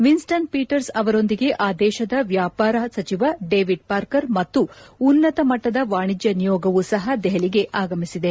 ವಿನ್ಸ್ನನ್ Peter ಅವರೊಂದಿಗೆ ಆ ದೇಶದ ವ್ವಾಪಾರ ಸಚಿವ ಡೇವಿಡ್ ಪಾರ್ಕರ್ ಮತ್ತು ಉನ್ನತ ಮಟ್ಟದ ವಾಣಿಜ್ಯ ನಿಯೋಗವೂ ಸಹ ದೆಹಲಿಗೆ ಆಗಮಿಸಿದೆ